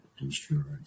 insurance